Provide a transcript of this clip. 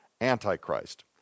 Antichrist